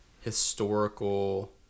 historical